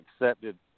accepted